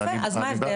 יפה; אז מה ההבדל?